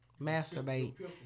masturbate